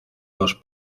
los